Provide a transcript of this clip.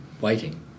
waiting